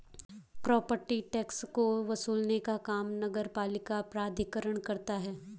property tax को वसूलने का काम नगरपालिका प्राधिकरण करता है